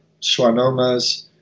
schwannomas